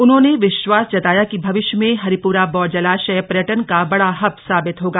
उन्होंने विश्वास जताया कि भविष्य में हरिपुरा बौर जलाशय पर्यटन का बड़ा हब साबित होगा